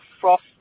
frost